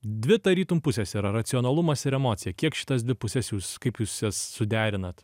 dvi tarytum pusės yra racionalumas ir emocija kiek šitas dvi puses jūs kaip jūs suderinat